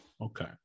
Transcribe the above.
Okay